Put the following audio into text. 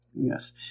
Yes